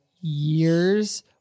years